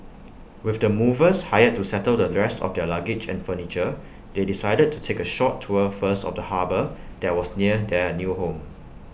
with the movers hired to settle the rest of their luggage and furniture they decided to take A short tour first of the harbour that was near their new home